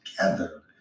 together